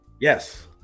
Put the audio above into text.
Yes